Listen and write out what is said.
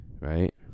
right